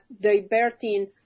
diverting